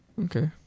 Okay